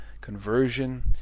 conversion